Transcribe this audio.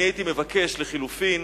אני הייתי מבקש, לחלופין,